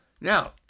Now